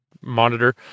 monitor